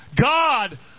God